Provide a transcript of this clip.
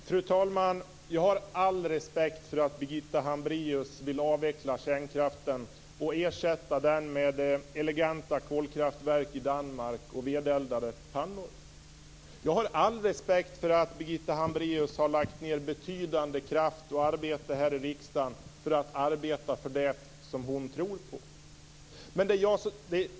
Fru talman! Jag har all respekt för att Birgitta Hambraeus vill avveckla kärnkraften och ersätta den med eleganta kolkraftverk i Danmark och vedeldade pannor. Jag har all respekt för att Birgitta Hambraeus har lagt ned betydande kraft och arbete här i riksdagen för att arbeta för det som hon tror på.